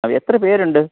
അത് എത്ര പേരുണ്ട്